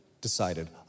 decided